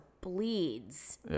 bleeds